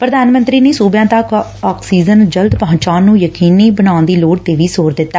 ਪੁਧਾਨ ਮੰਤਰੀ ਨੇ ਸੁਬਿਆਂ ਤੱਕ ਆਕਸੀਜਨ ਜਲਦ ਪਹੰਚਾਣ ਨੂੰ ਯਕੀਨੀ ਬਣਾਉਣ ਦੀ ਲੋੜ ਤੇ ਵੀ ਜੋਰ ਦਿੱਤਾ